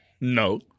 No